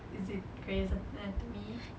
is it grey's anatomy